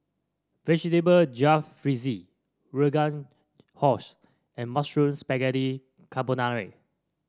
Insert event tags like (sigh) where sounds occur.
Vegetable Jalfrezi Rogan (unintelligible) and Mushroom Spaghetti Carbonara